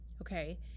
Okay